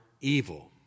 evil